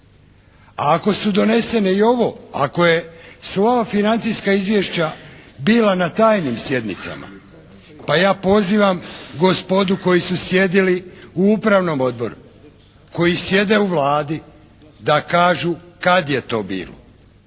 A ako su donesene i ovo, ako su ova financijska izvješća bila na tajnim sjednicama, pa ja pozivam gospodu koji su sjedili u upravnom odboru, koji sjede u Vladi da kažu kad je to bilo